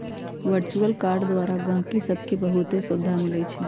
virtual card द्वारा गहकि सभके बहुते सुभिधा मिलइ छै